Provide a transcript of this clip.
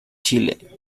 chile